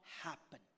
happen